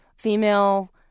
Female